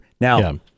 Now